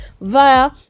via